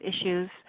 issues